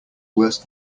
worse